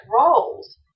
roles